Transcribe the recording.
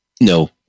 No